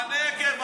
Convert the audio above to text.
הנגב.